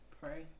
Pray